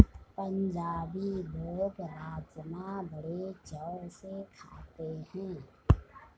पंजाबी लोग राज़मा बड़े चाव से खाते हैं